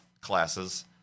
classes